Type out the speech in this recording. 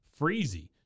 freezy